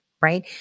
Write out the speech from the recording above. right